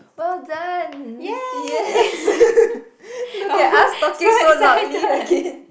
well done yes look at us talking so loudly again